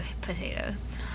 potatoes